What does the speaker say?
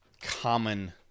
common